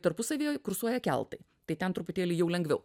tarpusavyje kursuoja keltai tai ten truputėlį jau lengviau